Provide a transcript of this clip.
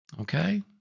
Okay